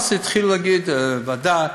אז התחיל להגיד ועדה,